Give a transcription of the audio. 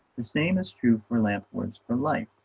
the same is true for lamp words for life.